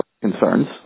concerns